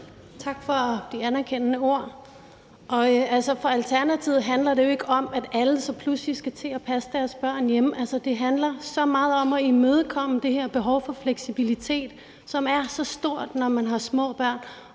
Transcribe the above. Tak for de anerkendende ord. For Alternativet handler det jo ikke om, at alle så pludselig skal til at passe deres børn hjemme. Det handler så meget om at imødekomme det her behov for fleksibilitet, som er så stort, når man har små børn,